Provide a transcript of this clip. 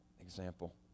example